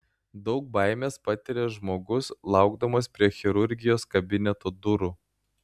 daug baimės patiria žmogus laukdamas prie chirurgijos kabineto durų